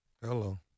Hello